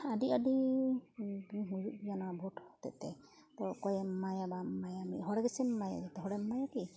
ᱟᱹᱰᱤ ᱟᱹᱰᱤ ᱦᱩᱭᱩᱜ ᱜᱮᱭᱟ ᱱᱚᱣᱟ ᱵᱷᱳᱴ ᱦᱚᱛᱮᱫ ᱛᱮ ᱛᱚ ᱚᱠᱚᱭᱮᱢ ᱮᱢᱟᱭᱟ ᱵᱟᱢ ᱮᱢᱟᱭᱟ ᱢᱤᱫ ᱦᱚᱲᱜᱮᱥᱮᱢ ᱮᱢᱟᱭᱟ ᱡᱚᱛᱚ ᱦᱚᱲᱮᱢ ᱮᱢᱟᱭᱟ ᱠᱤ